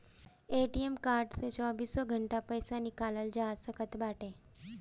ATM card से चौबीसों घंटा पईसा निकालल जा सकत बाटे